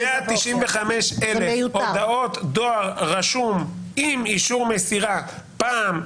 195,000 הודעות דואר רשום עם אישור מסירה פעם שנייה.